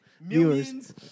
Millions